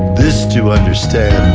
this to understand,